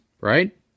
right